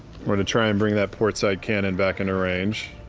we're going to try and bring that port-side cannon back into range.